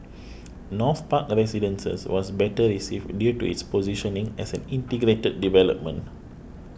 North Park Residences was better received due to its positioning as an integrated development